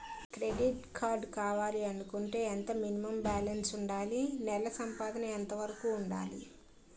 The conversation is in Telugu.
క్రెడిట్ కార్డ్ కావాలి అనుకుంటే ఎంత మినిమం బాలన్స్ వుందాలి? నెల సంపాదన ఎంతవరకు వుండాలి?